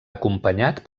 acompanyat